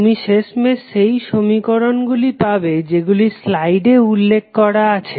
তুমি শেষমেশ সেই সমীকরণগুলি পাবে যেগুলি স্লাইডে উল্লেখ করা আছে